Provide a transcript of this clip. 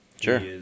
Sure